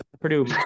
Purdue